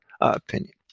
opinion